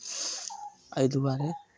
एहि दुआरे